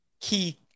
key